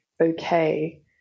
okay